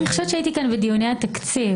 אני חושבת שהייתי כאן בדיוני התקציב.